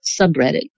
subreddit